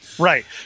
Right